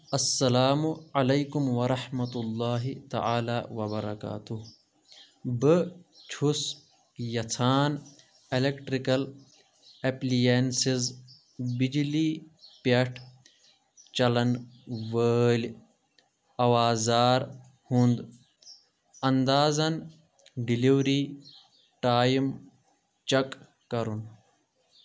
اسلام علیکم ورحمۃ اللہ تعالٰی وبرکاتہ بہٕ چھُس یژھان اِلیکٹریکل ایپلینسِز بِجلی پیٚٹھ چَلن وٲلۍ اَوازار ہُنٛد انٛدازَن ڈیلیوری ٹایم چٮ۪ک کرُن